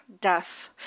death